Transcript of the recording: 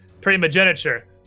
primogeniture